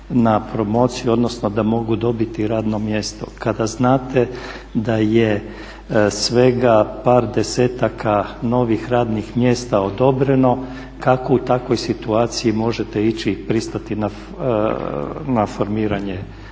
na promociju, odnosno da mogu dobiti radno mjesto, kada znate da je svega par desetaka novih radnih mjesta odobreno? Kako u takvoj situaciji možete ići, pristati na formiranje